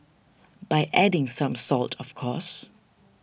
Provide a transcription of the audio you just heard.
by adding some salt of course